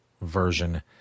version